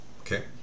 Okay